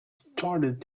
started